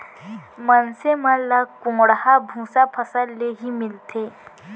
मनसे मन ल कोंढ़ा भूसा फसल ले ही मिलथे